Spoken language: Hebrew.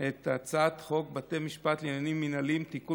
את הצעת חוק בתי משפט לעניינים מינהליים (תיקון